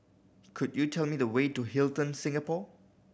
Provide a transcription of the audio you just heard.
could you tell me the way to Hilton Singapore